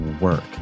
work